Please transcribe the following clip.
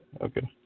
Okay